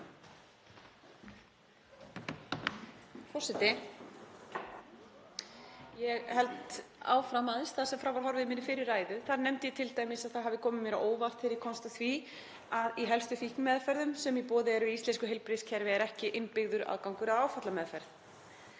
Forseti. Ég held áfram þar sem frá var horfið í minni fyrri ræðu. Þar nefndi ég t.d. að það hafi komið mér á óvart þegar ég komst að því að í helstu fíknimeðferðum sem í boði eru í íslensku heilbrigðiskerfi er ekki innbyggður aðgangur að áfallameðferð.